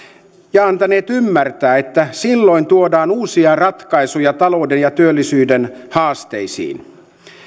ja antaneet ymmärtää että silloin tuodaan uusia ratkaisuja talouden ja työllisyyden haasteisiin